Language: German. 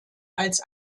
als